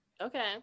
okay